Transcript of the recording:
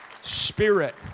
Spirit